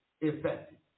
effective